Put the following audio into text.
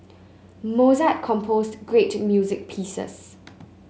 Mozart composed great music pieces